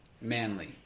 manly